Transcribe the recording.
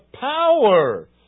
power